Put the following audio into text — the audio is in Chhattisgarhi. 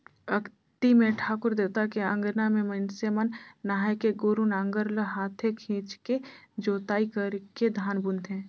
अक्ती मे ठाकुर देवता के अंगना में मइनसे मन नहायके गोरू नांगर ल हाथे खिंचके जोताई करके धान बुनथें